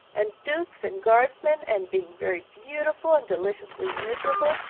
and dukes, and guardsmen, and being very beautiful and deliciously miserable,